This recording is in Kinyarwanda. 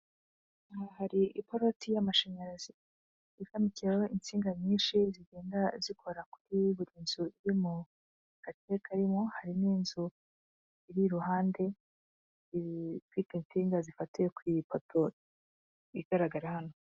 Hari iparoti y'amashanyarazi ishamikiyeho insinga nyinshi zigenda zikora kuri buri nzu y'umunyu, agace karimo inzu iri iruhande ifite insinga zifatiye ku ipoto igaragara hano.